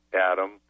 Adam